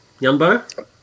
Yumbo